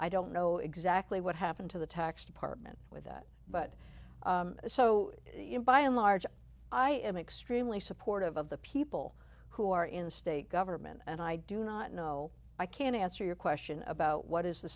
i don't know exactly what happened to the tax department with that but so you know by and large i am extremely supportive of the people who are in state government and i do not know i can't answer your question about what is the